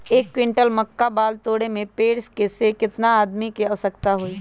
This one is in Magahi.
एक क्विंटल मक्का बाल तोरे में पेड़ से केतना आदमी के आवश्कता होई?